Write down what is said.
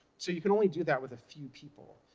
so you can only do that with a few people.